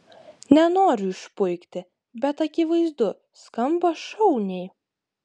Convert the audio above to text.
nenoriu išpuikti bet akivaizdu skamba šauniai